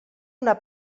una